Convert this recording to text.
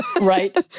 Right